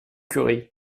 curie